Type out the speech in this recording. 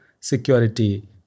security